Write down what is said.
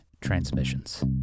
transmissions